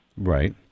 Right